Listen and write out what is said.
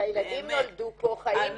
כי הילדים נולדו פה, חיים פה.